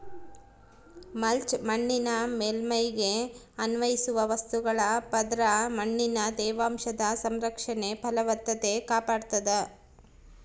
mulch ಮಣ್ಣಿನ ಮೇಲ್ಮೈಗೆ ಅನ್ವಯಿಸುವ ವಸ್ತುಗಳ ಪದರ ಮಣ್ಣಿನ ತೇವಾಂಶದ ಸಂರಕ್ಷಣೆ ಫಲವತ್ತತೆ ಕಾಪಾಡ್ತಾದ